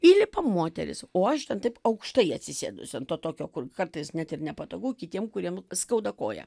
įlipa moteris o aš ten taip aukštai atsisėdusi ant to tokio kur kartais net ir nepatogu kitiem kuriem skauda koją